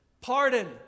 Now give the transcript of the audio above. pardon